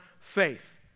faith